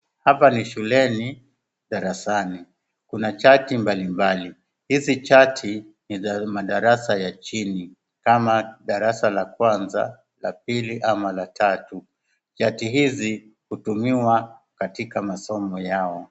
Hapa ni shuleni darasani. Kuna chati mbalimbali. Hizi chati ni za madarasa ya chini kama darasa la kwanza, la pili ama la tatu. Chati hizi hutumiwa katika masomo yao.